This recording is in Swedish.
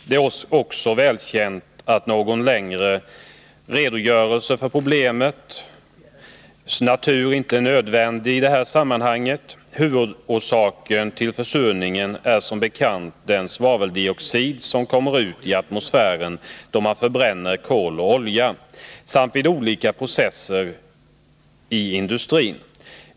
Det är så välkänt att någon längre redogörelse för problemets natur inte är nödvändig i det här sammanhanget. Huvudorsaken till försurningen är som bekant den svaveldioxid som kommer ut i atmosfären då man förbränner kol och olja samt vid olika processer i industrin.